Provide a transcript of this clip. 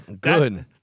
good